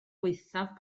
gwaethaf